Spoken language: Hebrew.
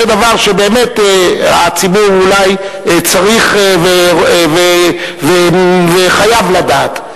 זה דבר שהציבור אולי צריך וחייב לדעת.